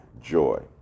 joy